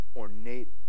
ornate